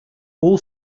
all